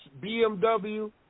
BMW